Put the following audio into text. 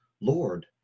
Lord